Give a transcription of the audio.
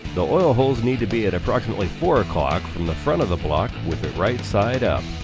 the oil holes need to be at approximately four o'clock from the front of the block with it right side up.